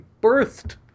birthed